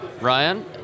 Ryan